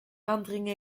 aandringen